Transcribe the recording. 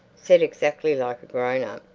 said exactly like a grown-up,